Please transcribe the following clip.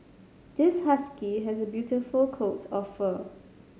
this husky has a beautiful coat of fur